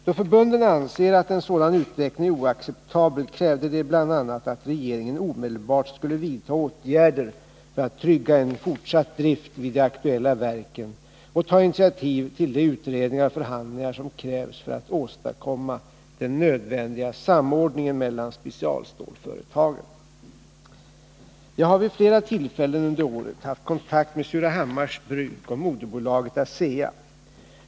Då förbunden anser att en sådan utveckling är oacceptabel krävde de bl.a. att regeringen omedelbart skulle vidta åtgärder för att trygga en fortsatt drift vid de aktuella verken och ta initiativ till de utredningar och förhandlingar som krävs för att åstadkomma den nödvändiga samordningen mellan specialstålsföretagen. Jag har vid flera tillfällen under året haft kontakt med Surahammars Bruk och moderbolaget ASEA.